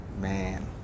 Man